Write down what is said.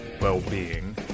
well-being